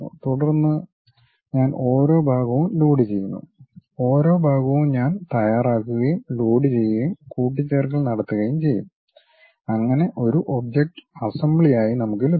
തുടർന്ന് ഞാൻ ഓരോ ഭാഗവും ലോഡുചെയ്യുന്നു ഓരോ ഭാഗവും ഞാൻ തയ്യാറാക്കുകയും ലോഡ് ചെയ്യുകയും കൂട്ടിച്ചേർക്കൽ നടത്തുകയും ചെയ്യും അങ്ങനെ ഒരു ഒബ്ജക്റ്റ് അസംബ്ലിയായി നമുക്ക് ലഭിക്കും